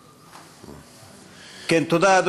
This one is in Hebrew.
תודה.